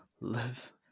live